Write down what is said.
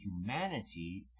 humanity